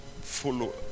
follow